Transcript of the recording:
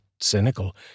cynical